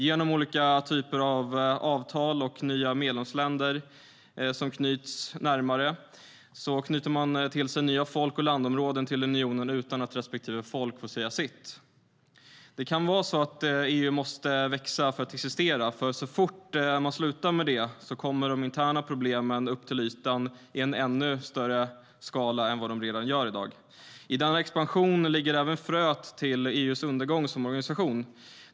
Genom olika typer av avtal och nya medlemsländer knyter man nya folk och landområden till unionen, utan att respektive folk får säga sitt. Det kan vara så att EU måste växa för att existera, för så fort man slutar med det kommer de interna problemen att komma upp till ytan i ännu större skala än de redan gör i dag. I denna expansion ligger även fröet till EU:s undergång som organisation.